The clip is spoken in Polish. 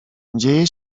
dzieje